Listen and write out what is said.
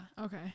okay